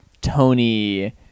Tony